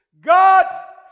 God